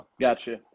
Gotcha